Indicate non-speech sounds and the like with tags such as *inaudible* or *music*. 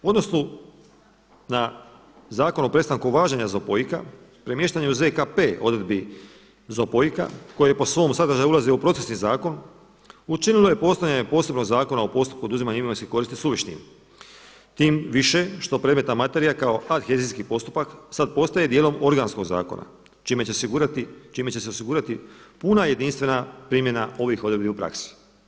U odnosu na Zakon o prestanku važenja ZOPOIK-a premještanje u ZKP odredbi ZOPOIK-a koji po svom sadržaju ulazi u procesni zakon učinilo je postojanje posebnog Zakona o postupku oduzimanja imovinske koristi suvišnim tim više što predmetna materija kao … *unintelligible* sad postaje dijelom organskog zakona čime će se osigurati puna jedinstvena primjena ovih odredbi u praksi.